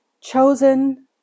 Chosen